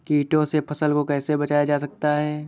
कीटों से फसल को कैसे बचाया जा सकता है?